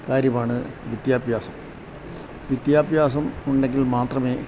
കാര്യമാണ് വിദ്യാഭ്യാസം വിദ്യാഭ്യാസം ഉണ്ടെങ്കിൽ മാത്രമേ